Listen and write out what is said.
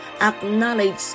Acknowledge